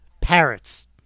parrots